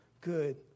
good